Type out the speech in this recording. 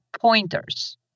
pointers